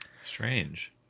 Strange